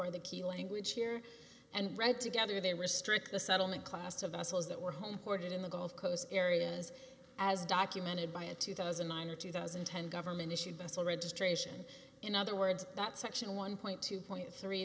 or the key language here and read together they restrict the settlement class to vessels that were home ported in the gold coast areas as documented by a two thousand and nine or two thousand and ten government issued vessel registration in other words that section one point two point three